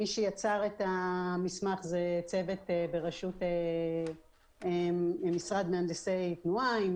מי שיצר את המסמך זה צוות בראשות משרד מהנדסי תנועה עם